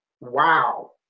wow